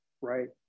right